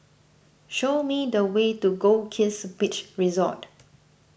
show me the way to Goldkist Beach Resort